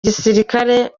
gisirikare